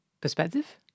perspective